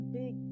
big